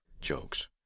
jokes